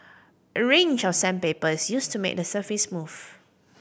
a range of sandpaper is used to make the surface smooth